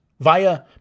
Via